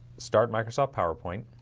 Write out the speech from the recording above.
start microsoft powerpoint